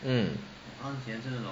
mm